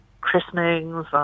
christenings